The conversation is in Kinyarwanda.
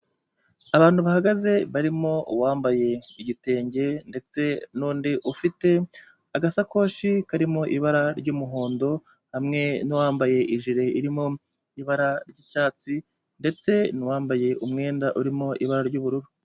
Abantu bahagaze barimo uwambaye igitenge ndetse n'undi ufite agasakoshi karimo ibara ry'umuhondo, hamwe n'uwambaye ijire irimo ibara ry'icyatsi ndetse n'uwambaye umwenda urimo ibara ry'ubururu.